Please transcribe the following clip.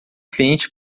cliente